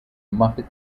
muppet